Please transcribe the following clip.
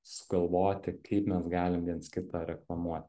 sugalvoti kaip mes galim viens kitą reklamuoti